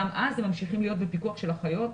גם אז הם ממשיכים להיות בפיקוח של אחיות,